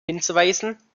hinzuweisen